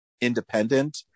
independent